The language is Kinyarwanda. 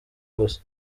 gusa